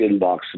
inbox